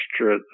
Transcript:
extra